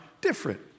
different